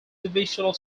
divisional